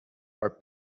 are